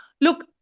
look